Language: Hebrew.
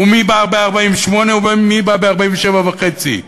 ומי ב-48' ומי ב-47.5,